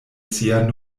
sian